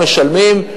לא משלמים,